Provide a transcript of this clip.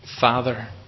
Father